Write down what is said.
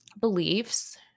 beliefs